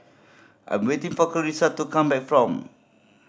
I'm waiting for Clarisa to come back from